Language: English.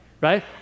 right